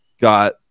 got